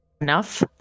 enough